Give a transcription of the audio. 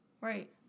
Right